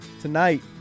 Tonight